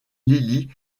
lily